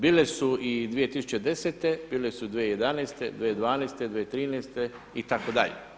Bile su i 2010., bile su 2011., 2012., 2013. itd.